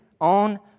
on